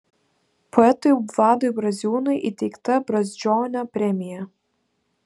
poetui vladui braziūnui įteikta brazdžionio premija